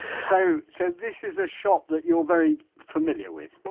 so so this is a shop that you're very familiar with?